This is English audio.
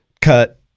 cut